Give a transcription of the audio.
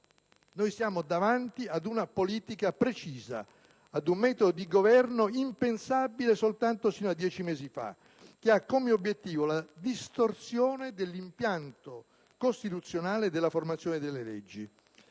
No. Siamo davanti ad una politica precisa, ad un metodo di governo impensabile soltanto sino a dieci mesi fa, che ha come obiettivo la distorsione dell'impianto costituzionale della formazione delle leggi.